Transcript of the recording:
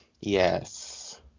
Yes